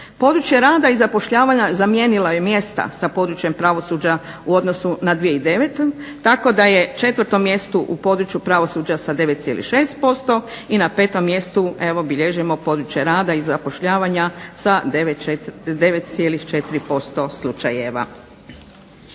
područje rada i zapošljavanja zamijenilo je mjesta sa područjem pravosuđa u odnosu na 2009., tako da je 4. mjesto u području pravosuđa 9,6% i na 5. mjestu bilježimo područje rada i zapošljavanja sa 9,4% slučajeva.